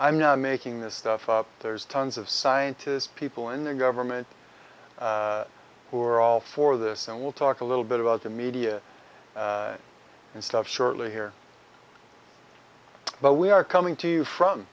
i'm not making this stuff up there's tons of scientists people in the government who are all for this and we'll talk a little bit about the media and stuff shortly here but we are coming to you from